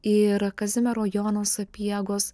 ir kazimiero jono sapiegos